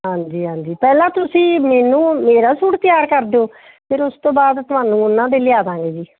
ਹਾਂਜੀ ਹਾਂਜੀ ਪਹਿਲਾਂ ਤੁਸੀਂ ਮੈਨੂੰ ਮੇਰਾ ਸੂਟ ਤਿਆਰ ਕਰ ਦਿਓ ਫਿਰ ਉਸ ਤੋਂ ਬਾਅਦ ਤੁਹਾਨੂੰ ਉਹਨਾਂ ਦੇ ਲਿਆ ਦੇਵਾਂਗੇ ਜੀ